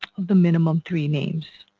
the minimum three names.